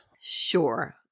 Sure